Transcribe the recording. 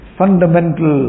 fundamental